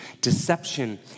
deception